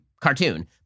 cartoon